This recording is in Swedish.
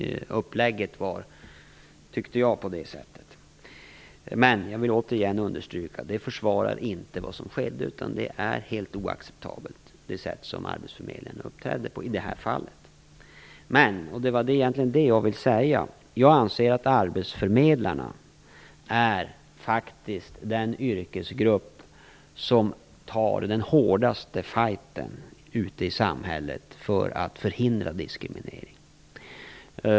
Upplägget var, tyckte jag, på det sättet. Men jag vill återigen understryka att det inte försvarar vad som skedde. Det sätt som arbetsförmedlingarna uppträdde på i detta fall är helt oacceptabelt. Men jag anser att arbetsförmedlarna - det är egentligen det jag vill säga - är den yrkesgrupp som tar den hårdaste fighten ute i samhället för att förhindra diskriminering.